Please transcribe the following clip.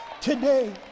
today